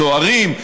הסוהרים,